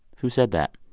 who said that?